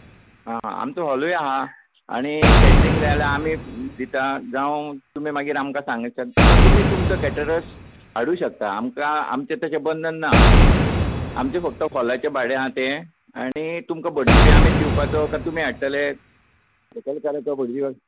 आं आमचो हॉलूय आसा आनी कॅटरिंग जाय जाल्यार आमी दिता जावं तुमी मागीर आमकां सांगूंक शकता वा तुमी तुमचो कॅटरर्स हाडूंक शकता आमकां आमचें तशें बंधन ना आमचें फक्त हॉलाचें भाडें आसा तें आनी तुमकां भटजी बी आमीच दिवपाचो काय तुमी हाडटले